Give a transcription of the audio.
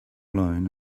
alone